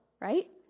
Right